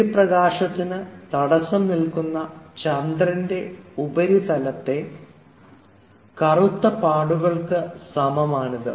സൂര്യപ്രകാശത്തിന് തടസ്സം നിൽക്കുന്ന ചന്ദ്രൻറെ ഉപരിതലത്തെ കറുത്ത പാടുകൾക്ക് സമമാണിത്